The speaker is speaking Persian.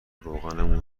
روغنمون